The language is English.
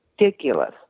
ridiculous